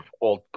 old